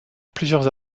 plusieurs